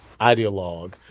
ideologue